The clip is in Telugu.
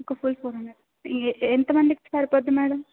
ఒక ఫుల్ ఫోర్ హండ్రెడ్ ఎఎంత మందికి సరిపోతుంది మేడం